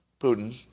Putin